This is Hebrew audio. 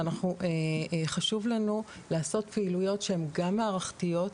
חשוב לנו לעשות פעילויות שהן גם מערכתיות,